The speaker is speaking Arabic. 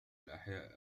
الأحياء